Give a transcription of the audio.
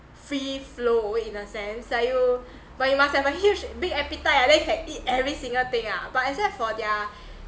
free flow over in a sense like you but you must have a huge big appetite ah then can eat every single thing ah but except for their